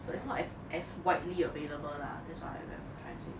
so it's not as as widely available lah that's why when I'm trying to say